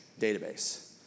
database